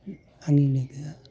आंनि लोगो